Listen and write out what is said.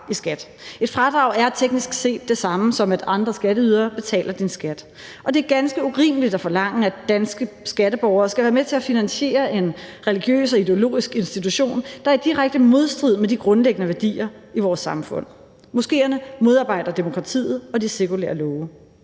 i skat. Et fradrag er teknisk set det samme, som at andre skatteydere betaler din skat. Og det er ganske urimeligt at forlange, at danske skatteborgere skal være med til at finansiere en religiøs og ideologisk institution, der er i direkte modstrid med de grundlæggende værdier i vores samfund. Moskéerne modarbejder demokratiet og de sekulære love.